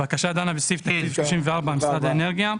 הבקשה דנה בסעיף של משרד האנרגיה.